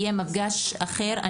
יהיה מפגש אחר.